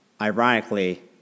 ironically